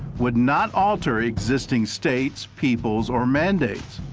would not alter existing states, peoples, or mandates,